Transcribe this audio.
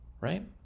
Right